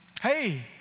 Hey